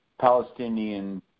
Palestinian